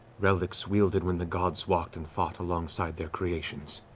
relics wielded when the gods walked and fought alongside their creations.